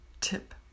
Tip